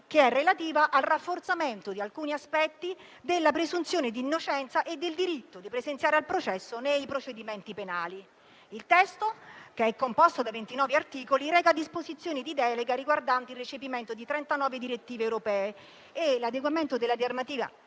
relativa al rafforzamento di alcuni aspetti della presunzione di innocenza e del diritto di presenziare al processo nei procedimenti penali. Il testo, composto da 29 articoli, reca disposizioni di delega riguardanti il recepimento di 39 direttive europee e l'adeguamento della normativa